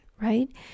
right